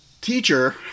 teacher